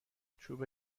چوب